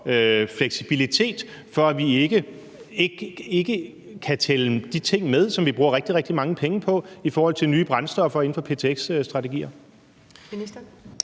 fleksibilitet, når vi ikke kan tælle de ting med, som vi bruger rigtig, rigtig mange penge på, i forhold til nye brændstoffer inden for ptx-strategier?